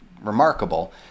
remarkable